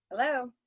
Hello